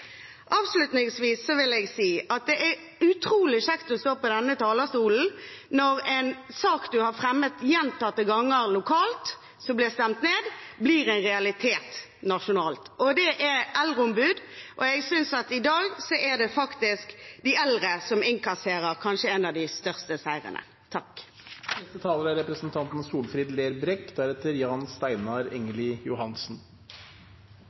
Avslutningsvis vil jeg si at det er utrolig kjekt å stå på denne talerstolen når en sak en har fremmet gjentatte ganger lokalt, som har blitt stemt ned, blir en realitet nasjonalt – og det er eldreombud. Jeg synes at i dag er det de eldre som innkasserer kanskje en av de største seierne. Eit trygt arbeidsliv er